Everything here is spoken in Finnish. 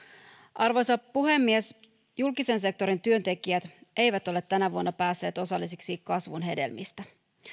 arvoisa puhemies julkisen sektorin työntekijät eivät ole tänä vuonna päässeet osallisiksi kasvun hedelmistä